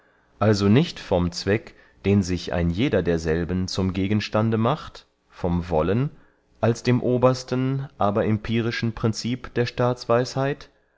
also nicht vom zweck den sich ein jeder derselben zum gegenstande macht vom wollen als dem obersten aber empirischen princip der